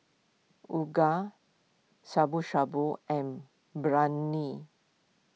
Uga Shabu Shabu and Biryani